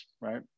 right